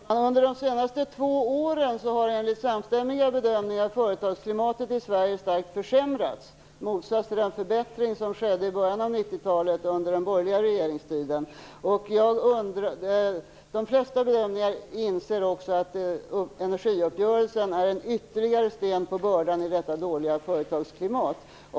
Fru talman! Under de senaste två åren har företagsklimatet i Sverige enligt samstämmiga bedömningar starkt försämrats, i motsats till den förbättring som skedde i början av 1990-talet under den borgerliga regeringstiden. De flesta bedömare inser också att energiuppgörelsen är en ytterligare sten på bördan i detta dåliga företagsklimat.